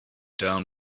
down